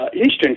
Eastern